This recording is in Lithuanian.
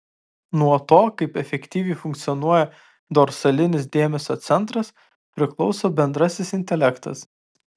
nuo to kaip efektyviai funkcionuoja dorsalinis dėmesio centras priklauso bendrasis intelektas